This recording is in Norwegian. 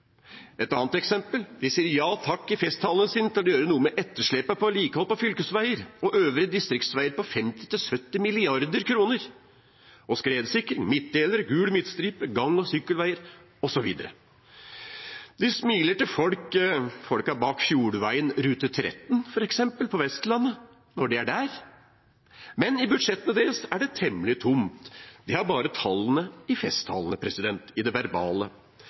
Et annet eksempel: De sier i festtalene sine ja takk til å gjøre noe med etterslepet på vedlikehold av fylkesveiene og øvrige distriktsveier på 50–70 mrd. kr – og skredsikring, midtdeler, gul midtstripe, gang- og sykkelveier, osv. De smiler til folkene bak Fjordvegen Rute 13 på Vestlandet, f.eks., når de er der, men i budsjettene deres er det temmelig tomt. De har bare tallene i festtalene, i det verbale.